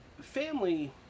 family